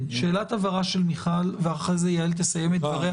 שאלת הבהרה של מיכל, ואחרי זה יעל תסיים את דבריה.